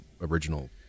original